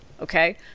okay